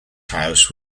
house